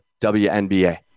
WNBA